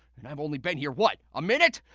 and i've only been here what, a minute?